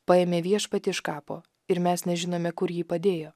paėmė viešpatį iš kapo ir mes nežinome kur jį padėjo